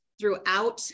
throughout